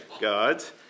God's